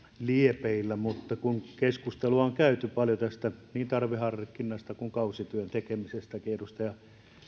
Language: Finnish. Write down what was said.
liepeillä mutta kun keskustelua on käyty paljon niin tarveharkinnasta kuin kausityön tekemisestäkin edustaja